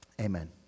Amen